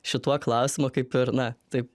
šituo klausimu kaip ir na taip